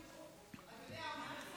שהיו אוניברסליים,